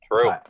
True